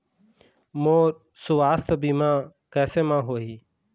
मोर सुवास्थ बीमा कैसे म होही?